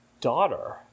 daughter